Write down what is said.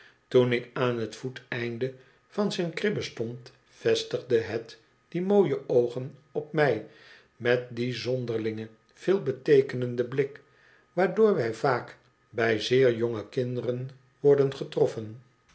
toen ik aan het voeteneinde van zijn kribje stond vestigde het die mooie oogen op mij met dien zonderlingen veelbeteekenenden blik waardoor wij vaak bij zeer jonge kinderen worden getroffen